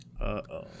Uh-oh